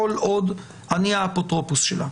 כל עוד אני האפוטרופוס שלה.